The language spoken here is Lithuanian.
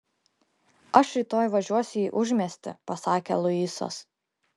aš rytoj važiuosiu į užmiestį pasakė luisas